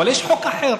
אבל יש חוק אחר: